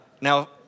now